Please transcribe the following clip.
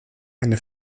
eine